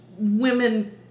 women